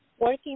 working